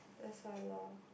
that's why lor